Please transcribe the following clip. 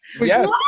yes